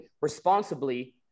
responsibly